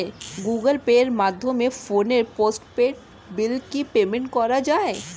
Google পের মাধ্যমে ফোনের পোষ্টপেইড বিল কি পেমেন্ট করা যায়?